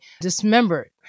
dismembered